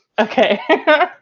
Okay